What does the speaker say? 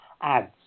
ads